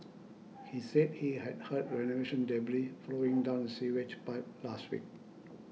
he said he had heard renovation debris flowing down the sewage pipe last week